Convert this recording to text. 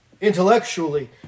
intellectually